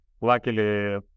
Luckily